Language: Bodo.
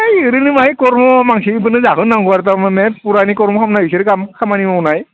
है ओरैनो माहाय कर्म' मानसिफोरनो जाहोनांगौ आरो थारमाने पुरानि कर्म' खालामनाय बिसोरो खामानि मावनाय